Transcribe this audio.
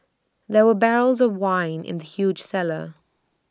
there were barrels of wine in the huge cellar